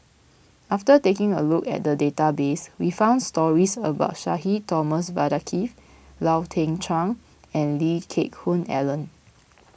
after taking a look at the database we found stories about Sudhir Thomas Vadaketh Lau Teng Chuan and Lee Geck Hoon Ellen